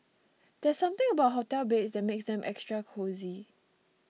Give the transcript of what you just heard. there's something about hotel beds that makes them extra cosy